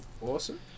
awesome